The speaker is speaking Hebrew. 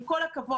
עם כל הכבוד,